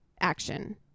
action